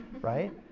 right